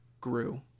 grew